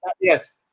Yes